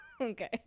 okay